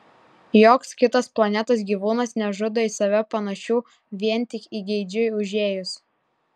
joks kitas planetos gyvūnas nežudo į save panašių vien tik įgeidžiui užėjus